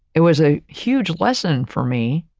it was a huge lesson for me,